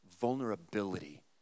vulnerability